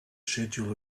schedule